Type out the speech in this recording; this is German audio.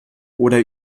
oder